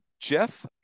Jeff